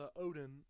Odin